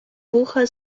вуха